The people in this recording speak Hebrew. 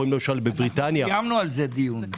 קיימנו על זה דיון.